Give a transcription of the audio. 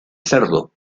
cerdo